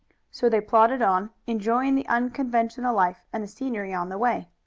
so they plodded on, enjoying the unconventional life and the scenery on the way.